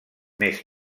més